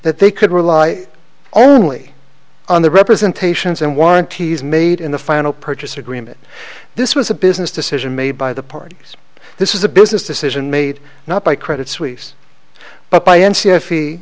that they could rely only on the representations and warranties made in the final purchase agreement this was a business decision made by the parties this is a business decision made not by credit suisse but by n c